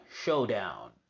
Showdown